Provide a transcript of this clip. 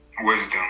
wisdom